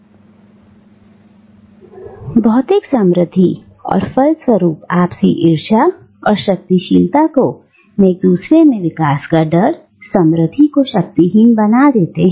"भौतिक समृद्धि और फल स्वरुप आपसी ईर्ष्या और शक्तिशालीता मैं एक दूसरे के विकास का डर समृद्धि को शक्तिहीन बना देता है